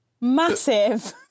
massive